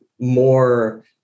more